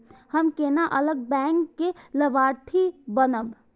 हम केना अलग बैंक लाभार्थी बनब?